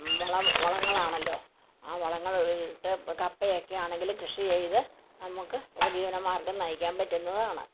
വളം വളങ്ങളാണല്ലോ ആ വളങ്ങൾ ഇട്ട് കപ്പയൊക്കെയാണെങ്കിൽ കൃഷി ചെയ്ത് നമുക്ക് ഉപജീവന മാർഗ്ഗം നയിക്കാൻ പറ്റുന്നതാണ്